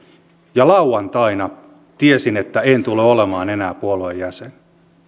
ja lauantaina tiesin että en tule olemaan enää puolueen jäsen